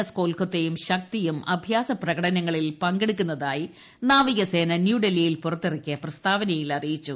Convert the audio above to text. S കൊൽക്കത്തയും ശക്തിയും അഭ്യാസ പ്രകടനങ്ങളിൽ പങ്കെടുക്കുന്നതായി നാവിക സേന ന്യൂഡൽഹിയിൽ പുറത്തിറക്കിയ പ്രസ്താവനയിൽ അറിയിച്ചു